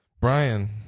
Brian